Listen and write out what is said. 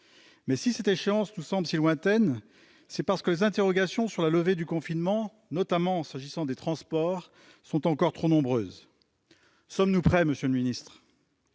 Mais si cette échéance nous semble si lointaine, c'est aussi parce que les interrogations sur la levée du confinement, notamment s'agissant des transports, sont encore trop nombreuses. Sommes-nous prêts, monsieur le secrétaire